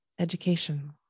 education